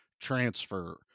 transfer